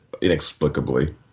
inexplicably